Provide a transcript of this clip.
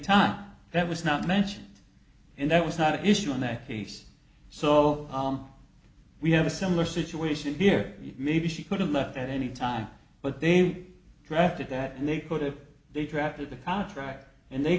time that was not mentioned and that was not an issue in that case so we have a similar situation here maybe she could have left at any time but they were drafted that and they could if they drafted the contract and they